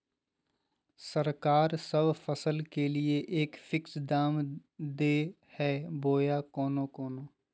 सरकार सब फसल के लिए एक फिक्स दाम दे है बोया कोनो कोनो?